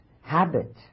habit